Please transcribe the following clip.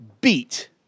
beat